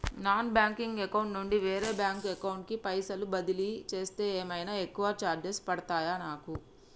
నా bank account నుండి వేరే బ్యాంక్ అకౌంట్ కి పైసల్ బదిలీ చేస్తే ఏమైనా ఎక్కువ చార్జెస్ పడ్తయా నాకు?